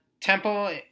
Temple